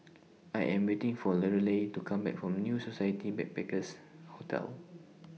I Am waiting For Lorelei to Come Back from New Society Backpackers' Hotel